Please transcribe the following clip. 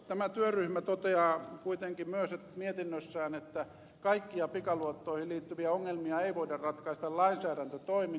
tämä työryhmä toteaa kuitenkin mietinnössään myös että kaikkia pikaluottoihin liittyviä ongelmia ei voida ratkaista lainsäädäntötoimin